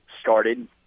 started